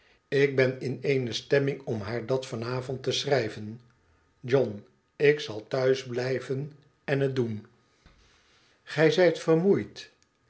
ik ben in eene stemming om haar dat van avond te schrijven john ik zal thuis blijven en het doen gij zijt vermoeid